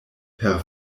per